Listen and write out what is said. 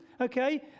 okay